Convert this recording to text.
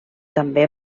també